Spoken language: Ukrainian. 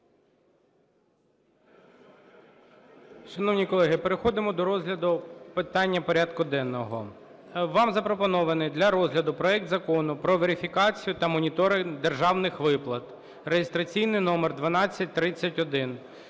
Шановні колеги, переходимо до розгляду питання порядку денного. Вам запропонований для розгляду проект Закону про верифікацію та моніторинг державних виплат (реєстраційний номер 1231).